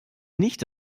nicht